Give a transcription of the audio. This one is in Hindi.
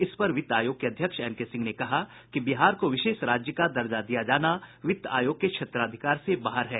इस पर वित्त आयोग के अध्यक्ष एनके सिंह ने कहा कि बिहार को विशेष राज्य का दर्जा दिया जाना वित्त आयोग के क्षेत्राधिकार से बाहर है